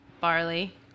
barley